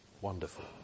Wonderful